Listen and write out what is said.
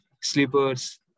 slippers